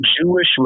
Jewish